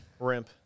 Rimp